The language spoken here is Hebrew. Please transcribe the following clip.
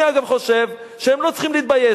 אגב, אני חושב שהם לא צריכים להתבייש.